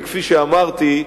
וכפי שאמרתי,